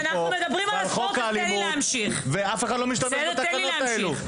פה על חוק האלימות ואף אחד לא משתמש בתקנות הללו.